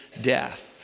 death